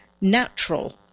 natural